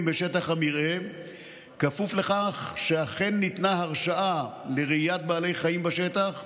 בשטח המרעה כפוף לכך שאכן ניתנה הרשאה לרעיית בעלי חיים בשטח,